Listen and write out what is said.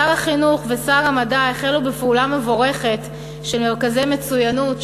שר החינוך ושר המדע החלו בפעולה מבורכת של מרכזי מצוינות,